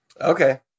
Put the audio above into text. Okay